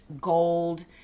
gold